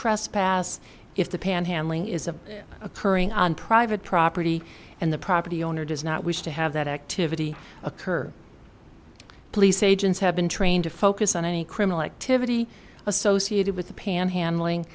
trespass if the panhandling is a occurring on private property and the property owner does not wish to have that activity occur police agents have been trained to focus on any criminal activity associated with the panhandling